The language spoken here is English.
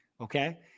okay